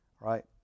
right